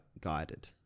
guided